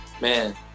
man